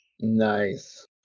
nice